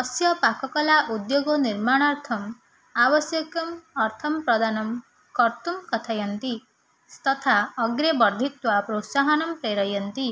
अस्य पाककला उद्योगनिर्माणार्थम् आवश्यकम् अर्थं प्रदानं कर्तुं कथयन्ति तथा अग्रे वर्धयित्वा प्रोत्साहनं प्रेरयन्ति